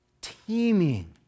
teeming